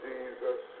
Jesus